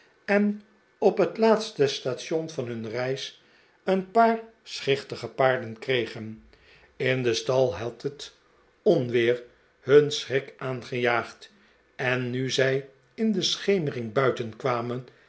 en op het laatste station van hun reis een paar schichtige paarden kregen in den stal had het onweer hun schrik aangejaagd en nu zij in de schemering buiten